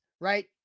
right